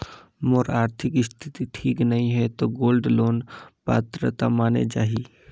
मोर आरथिक स्थिति ठीक नहीं है तो गोल्ड लोन पात्रता माने जाहि?